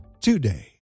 today